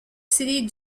city